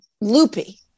loopy